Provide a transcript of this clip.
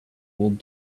old